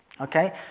Okay